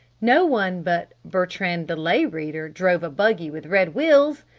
no one but bertrand the lay reader drove a buggy with red wheels!